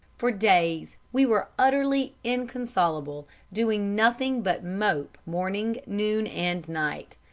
for days we were utterly inconsolable, doing nothing but mope morning, noon, and night.